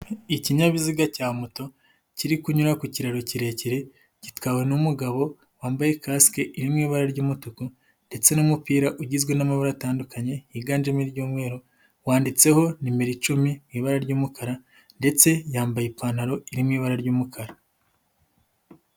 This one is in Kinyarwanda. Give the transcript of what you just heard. Ikinyabiziga cya moto kiri kunyura ku kiraro kirekire gitwawe n'umugabo wambaye kasike iri mu ibara ry'umutuku ndetse n'umupira ugizwe n'amabara atandukanye higanjemo iry'umweru, wanditseho nimero icumi mu ibara ry'umukara ndetse yambaye ipantaro iri mu ibara ry'umukara.